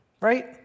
Right